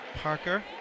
Parker